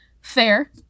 fair